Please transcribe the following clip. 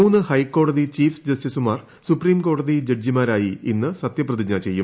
മൂന്ന് ഹൈക്കോടതി ചീഫ് ജസ്റ്റിസുമാർ സൂപ്രീം കോടതി ന് ജഡ്ജിമാരായി ഇന്ന് സത്യപ്രതിജ്ഞ ചെയ്യും